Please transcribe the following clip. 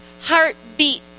heartbeat